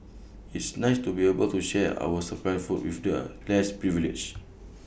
it's nice to be able to share our surplus food with the less privileged